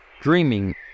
Dreaming